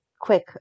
quick